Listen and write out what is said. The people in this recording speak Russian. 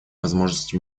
возможности